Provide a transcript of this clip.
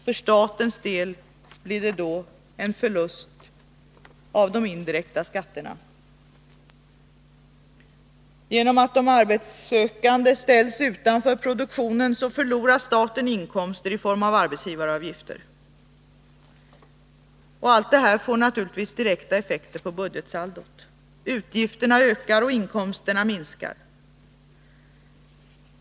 För statens delleder det till en förlust av indirekta skatter. Genom att den arbetssökande ställs utanför produktionen förlorar staten inkomster i form av arbetsgivaravgifter. Allt det här får naturligtvis direkta effekter på budgetsaldot. Utgifterna ökar och inkomsterna minskar.